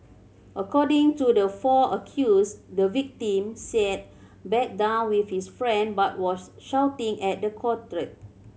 according to the four accused the victim sat back down with his friend but was shouting at the quartet